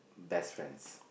best friends